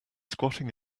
squatting